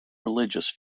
religious